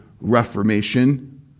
reformation